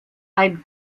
ein